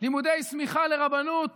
לימודי סמיכה לרבנות